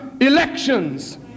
elections